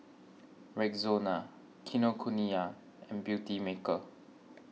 Rexona Kinokuniya and Beautymaker